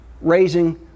raising